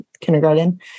kindergarten